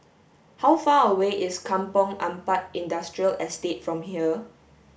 how far away is Kampong Ampat Industrial Estate from here